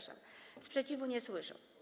Sprzeciwu nie słyszę.